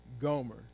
Gomer